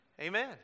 Amen